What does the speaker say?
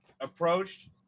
approached